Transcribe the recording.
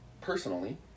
personally